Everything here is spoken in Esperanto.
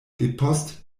depost